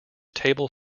table